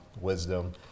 Wisdom